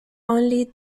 only